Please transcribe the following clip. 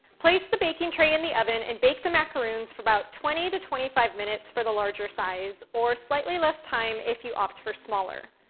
place the baking tray in the oven and bake the macaroons for about twenty to twenty five minutes for the larger size, or slightly less time if you opt for smaller.